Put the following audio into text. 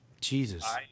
Jesus